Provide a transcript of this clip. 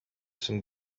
some